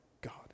God